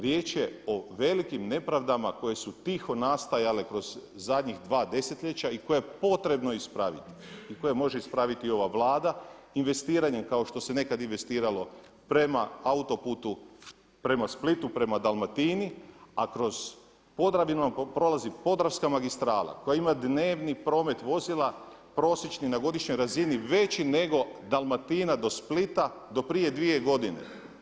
Riječ je o velikim nepravdama koje su tiho nastajale kroz zadnja dva desetljeća i koja je potrebno ispraviti i koje može ispraviti ova Vlada investiranjem kao što se nekad investiralo prema autoputu prema Splitu prema Dalmatini, a kroz Podravinu prolazi Podravska magistrala koja ima dnevni promet vozila prosječni na godišnjoj razini veći nego Dalmatina do Splita do prije dvije godine.